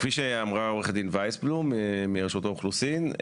כפי שאמרה עוה"ד ויסבלום מרשות האוכלוסין,